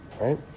right